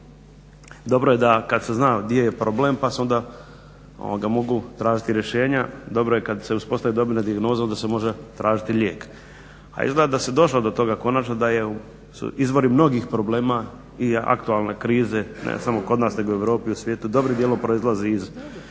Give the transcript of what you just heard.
Dobro je kad se zna di je problem pa se onda mogu tražiti rješenja. Dobro je kad se uspostavi … dijagnoza onda se može tražiti lijek. A izgleda da se došlo do toga konačno da je izvor mnogih problema i aktualne krize, ne samo kod nas nego i u Europi i svijetu, dobrim dijelom proizlazi iz